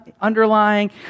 underlying